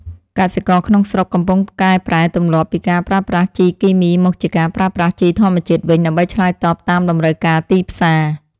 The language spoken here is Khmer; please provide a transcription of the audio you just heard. កសិករក្នុងស្រុកកំពុងកែប្រែទម្លាប់ពីការប្រើប្រាស់ជីគីមីមកជាការប្រើប្រាស់ជីធម្មជាតិវិញ ដើម្បីឆ្លើយតបតាមតម្រូវការទីផ្សារ។